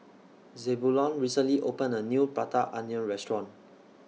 Zebulon recently opened A New Prata Onion Restaurant